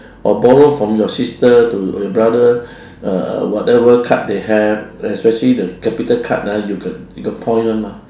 or borrow from your sister to or your brother uh uh whatever card they have especially the capital card ah you got you got point one ah